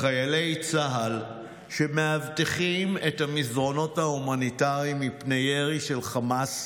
חיילי צה"ל שמאבטחים את המסדרונות ההומניטריים מפני ירי של חמאס,